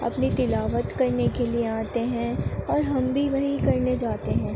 اپنی تلاوت کرنے کے لیے یہاں آتے ہیں اور ہم بھی وہی کرنے جاتے ہیں